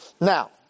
Now